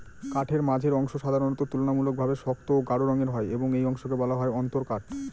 কাঠের মাঝের অংশ সাধারণত তুলনামূলকভাবে শক্ত ও গাঢ় রঙের হয় এবং এই অংশকে বলা হয় অন্তরকাঠ